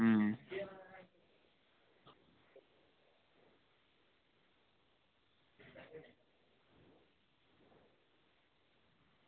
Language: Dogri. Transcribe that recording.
अं